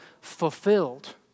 fulfilled